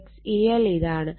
Xe1 ഇതാണ്